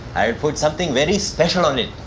i'll put something very special on it.